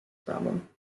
problem